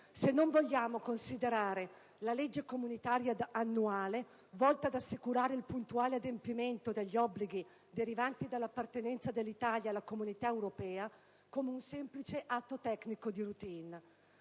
se non vogliamo considerare la legge comunitaria annuale volta ad assicurare il puntuale adempimento degli obblighi derivanti dall'appartenenza dell'Italia alla Comunità europea come un semplice atto tecnico di *routine*.